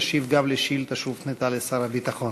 ישיב גם על שאילתה שהופנתה לשר הביטחון.